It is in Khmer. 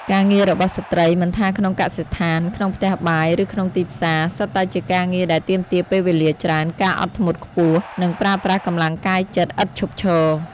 ការងាររបស់ស្ត្រី មិនថាក្នុងកសិដ្ឋាន ក្នុងផ្ទះបាយ ឬក្នុងទីផ្សារ សុទ្ធតែជាការងារដែលទាមទារពេលវេលាច្រើន ការអត់ធ្មត់ខ្ពស់ និងប្រើប្រាស់កម្លាំងកាយចិត្តឥតឈប់ឈរ។